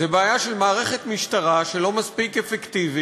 זו בעיה של מערכת משטרה שהיא לא מספיק אפקטיבית